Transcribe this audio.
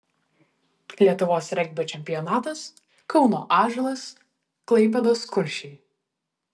lietuvos regbio čempionatas kauno ąžuolas klaipėdos kuršiai